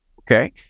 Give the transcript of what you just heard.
Okay